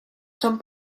son